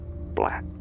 black